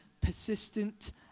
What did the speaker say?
persistent